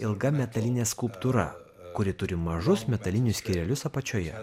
ilga metalinė skulptūra kuri turi mažus metalinius skyrelius apačioje